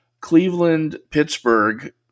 Cleveland-Pittsburgh